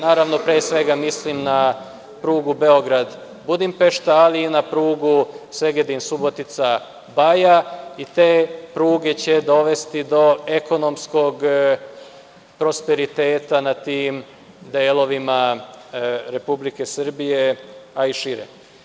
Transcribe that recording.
Naravno, pre svega, mislim na prugu Beograd – Budimpešta, ali i na prugu Segedin – Subotica – Baja i te pruge će dovesti do ekonomskog prosperiteta na tim delovima Republike Srbije, a i šire.